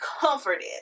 comforted